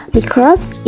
Microbes